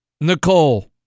Nicole